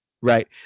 right